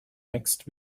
next